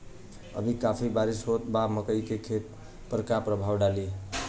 अभी काफी बरिस होत बा मकई के खेत पर का प्रभाव डालि?